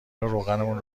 روغنمون